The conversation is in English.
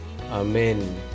amen